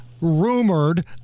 rumored